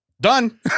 done